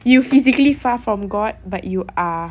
you physically far from god but you are